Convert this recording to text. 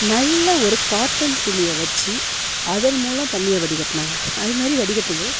நல்ல ஒரு காட்டன் துணியை வச்சு அதல் மூலம் தண்ணியை வடிகட்டினாங்க அது மாரி வடிகட்டும் போது